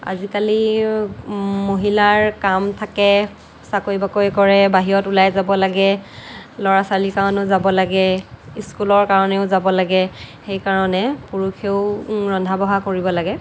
আজিকালি মহিলাৰ কাম থাকে চাকৰি বাকৰি কৰে বাহিৰত ওলাই যাব লাগে ল'ৰা ছোৱালী কাৰণেও যাব লাগে স্কুলৰ কাৰণেও যাব লাগে সেই কাৰণে পুৰুষেও ৰন্ধা বঢ়া কৰিব লাগে